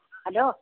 hello